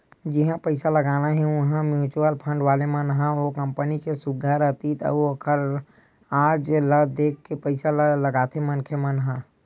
जिहाँ पइसा लगाना हे उहाँ म्युचुअल फंड वाले मन ह ओ कंपनी के सुग्घर अतीत अउ ओखर आज ल देख के पइसा ल लगाथे मनखे मन ह